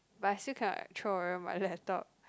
but I still cannot throw away my laptop